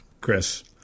Chris